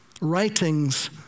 writings